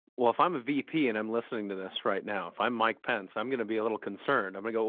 well, if i'm a v p. and i'm listening to this right now, if i'm mike pence, i'm going to be a little concerned. i might go,